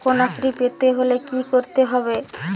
কন্যাশ্রী পেতে হলে কি করতে হবে?